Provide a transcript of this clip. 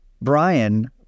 Brian